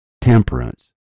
Temperance